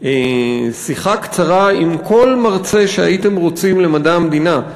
בשיחה קצרה עם כל מרצה שהייתם רוצים למדע המדינה,